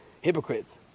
hypocrites